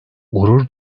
gurur